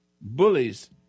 Bullies